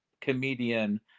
comedian